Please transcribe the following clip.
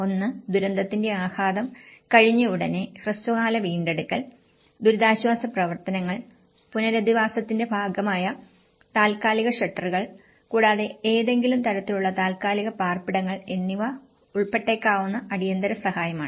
ഒന്ന് ദുരന്തത്തിന്റെ ആഘാതം കഴിഞ്ഞയുടനെ ഹ്രസ്വകാല വീണ്ടെടുക്കൽ ദുരിതാശ്വാസ പ്രവർത്തനങ്ങൾ പുനരധിവാസത്തിന്റെ ഭാഗമായ താൽക്കാലിക ഷെൽട്ടറുകൾ കൂടാതെ ഏതെങ്കിലും തരത്തിലുള്ള താൽക്കാലിക പാർപ്പിടങ്ങൾ എന്നിവ ഉൾപ്പെട്ടേക്കാവുന്ന അടിയന്തര സഹായമാണ്